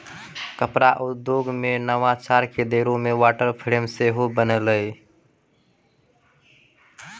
कपड़ा उद्योगो मे नवाचार के दौरो मे वाटर फ्रेम सेहो बनलै